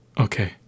okay